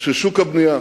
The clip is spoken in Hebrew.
של שוק הבנייה.